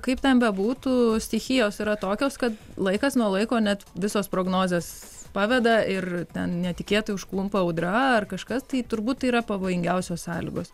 kaip ten bebūtų stichijos yra tokios kad laikas nuo laiko net visos prognozės paveda ir ten netikėtai užklumpa audra ar kažkas tai turbūt yra pavojingiausios sąlygos